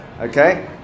okay